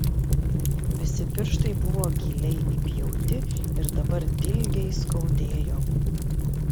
visi pirštai buvo giliai įpjauti ir dabar dilgiai skaudėjo